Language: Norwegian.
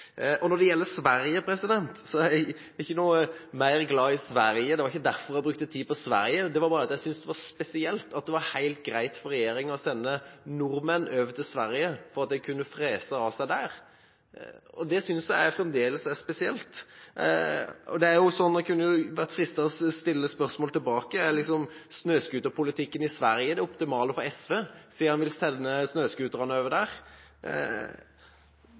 kjent. Når det gjelder Sverige, er jeg ikke mer glad i Sverige. Det var ikke derfor jeg brukte tid på Sverige. Jeg syntes bare det var spesielt at det var helt greit for regjeringen å sende nordmenn over til Sverige for å frese av seg der. Det synes jeg fremdeles er spesielt. Man kunne nesten vært fristet til å stille spørsmålet tilbake, om snøscooterpolitikken i Sverige er den optimale for SV, siden man vil sende snøscooterne over